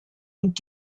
und